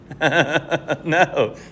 No